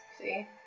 see